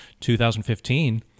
2015